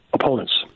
opponents